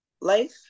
life